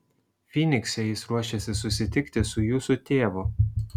fynikse jis ruošėsi susitikti su jūsų tėvu